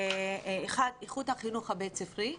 אחת, איכות החינוך הבית ספרי.